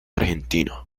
argentino